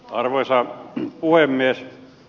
arvoisa puhemies